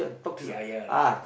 ya ya lah